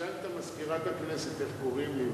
תשאל את מזכירת הכנסת איך קוראים לי,